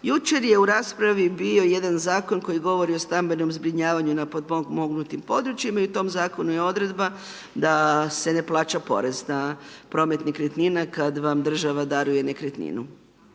Jučer je u raspravi bio jedan zakon koji govori o stambenom zbrinjavanju na potpomognutim područjima i u tom zakonu je odredba da se ne plaća porez na promet nekretnina kad vam država daruje nekretninu.